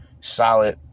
solid